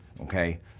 okay